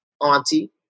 Auntie